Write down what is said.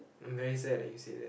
I'm very sad that you say that